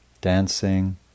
dancing